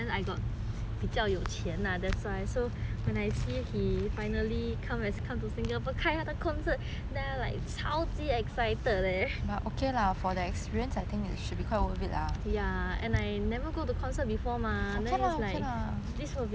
that's why so when I see he finally come come to singapore 开他的 concert there I like 超级 excited leh ah ya and I never go to concert before mah then it's like this will be a first